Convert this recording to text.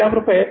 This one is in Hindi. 150000